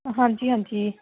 ਹਾਂਜੀ ਹਾਂਜੀ